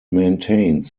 maintains